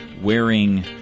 wearing